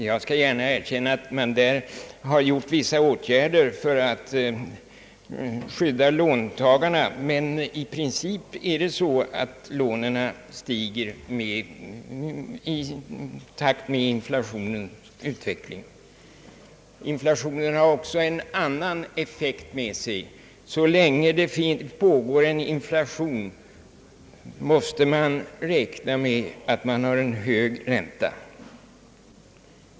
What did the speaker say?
Jag skall gärna erkänna att man i det sammanhanget har vidtagit vissa åtgärder för att skydda låntagarna, men i princip stiger lånen i takt med inflationens utveckling. Inflationen har också en annan effekt med sig. Så länge det pågår en inflation måste man räkna med en hög ränta.